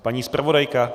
Paní zpravodajka!